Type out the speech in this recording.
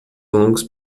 longos